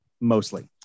Mostly